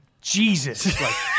Jesus